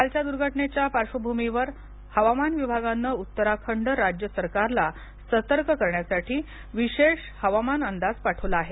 कालच्या दूर्घटनेच्या पार्श्वभूमीवर हवामान विभागाने उत्तराखंड राज्य सरकारला सतर्क करण्यासाठी विशेष हवामान अंदाज पाठवला आहे